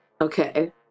okay